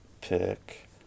pick